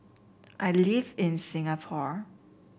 I live in Singapore